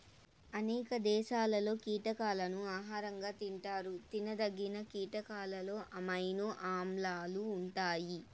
అనేక దేశాలలో కీటకాలను ఆహారంగా తింటారు తినదగిన కీటకాలలో అమైనో ఆమ్లాలు ఉంటాయి